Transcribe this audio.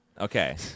Okay